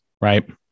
Right